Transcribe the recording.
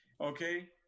okay